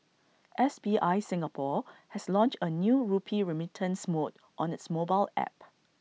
S B I Singapore has launched A new rupee remittance mode on its mobile app